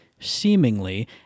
seemingly